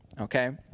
okay